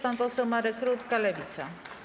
Pan poseł Marek Rutka, Lewica.